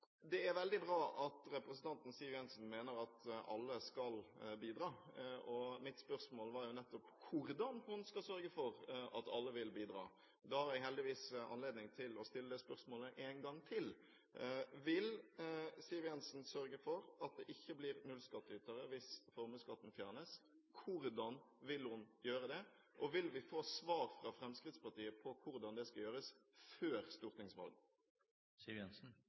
Det er veldig bra at representanten Siv Jensen mener at alle skal bidra. Mitt spørsmål var jo nettopp hvordan hun skal sørge for at alle vil bidra. Da har jeg heldigvis anledning til å stille det spørsmålet en gang til: Vil Siv Jensen sørge for at det ikke blir nullskattytere hvis formuesskatten fjernes? Hvordan vil hun gjøre det? Og vil vi få svar fra Fremskrittspartiet på hvordan det skal gjøres før